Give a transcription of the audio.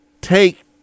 take